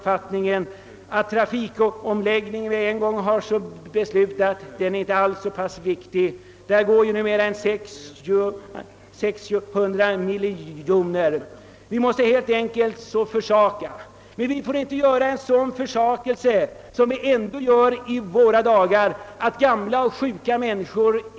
Försakelserna får dock inte gå ut över gamla och sjuka människor.